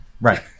Right